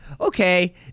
Okay